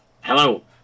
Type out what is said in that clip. Hello